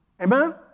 Amen